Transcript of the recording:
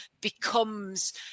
becomes